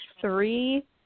three